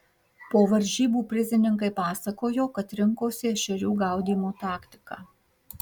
po varžybų prizininkai pasakojo kad rinkosi ešerių gaudymo taktiką